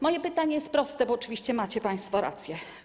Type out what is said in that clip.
Moje pytanie jest proste, bo oczywiście macie państwo rację.